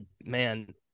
man